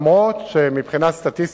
אף-על-פי שמבחינה סטטיסטית,